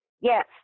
Yes